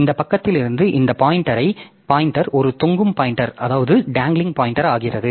இந்த பக்கத்திலிருந்து இந்த பாய்ன்டெர் ஒரு தொங்கும் பாய்ன்டெர் ஆகிறது